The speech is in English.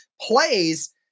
plays